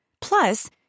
Plus